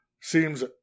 seems